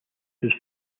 was